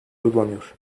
uygulanıyor